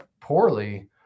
poorly